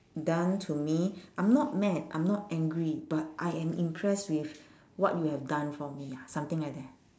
done to me I'm not mad I'm not angry but I am impressed with what you have done for me ah something like that